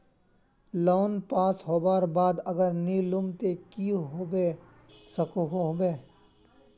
Loan pass होबार बाद अगर नी लुम ते की होबे सकोहो होबे?